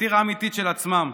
סאטירה אמיתית של עצמם.